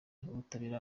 y’ubutabera